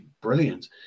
brilliant